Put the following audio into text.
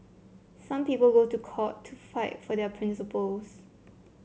some people go to court to fight for their principles